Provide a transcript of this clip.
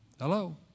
Hello